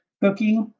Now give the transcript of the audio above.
Cookie